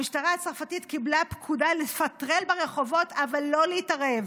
המשטרה הצרפתית קיבלה הנחיה לפטרל ברחובות אבל לא להתערב.